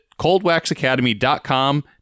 coldwaxacademy.com